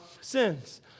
sins